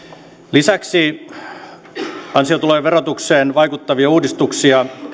lisäksi ansiotulojen verotukseen vaikuttavia uudistuksia